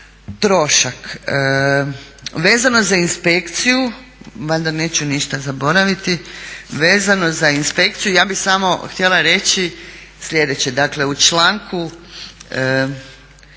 trošak. Vezano za inspekciju, valjda neću ništa zaboraviti, vezano za inspekciju ja bih samo htjela reći sljedeće. Dakle, u članku